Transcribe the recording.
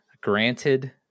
Granted